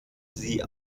sie